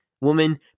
woman